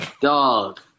dog